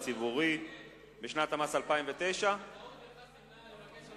ציבורי בשנת המס 2009) (הוראת שעה),